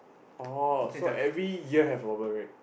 oh so every year have purple parade